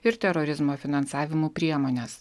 ir terorizmo finansavimu priemones